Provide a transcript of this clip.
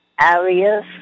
areas